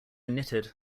knitted